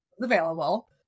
available